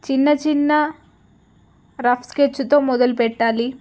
చిన్న చిన్న రఫ్ స్కెచ్తో మొదలు పెట్టాలి